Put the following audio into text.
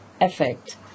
effect